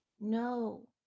no